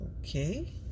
Okay